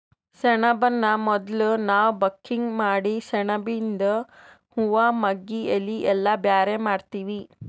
ಸೆಣಬನ್ನ ಮೊದುಲ್ ನಾವ್ ಬಕಿಂಗ್ ಮಾಡಿ ಸೆಣಬಿಯಿಂದು ಹೂವಾ ಮಗ್ಗಿ ಎಲಿ ಎಲ್ಲಾ ಬ್ಯಾರೆ ಮಾಡ್ತೀವಿ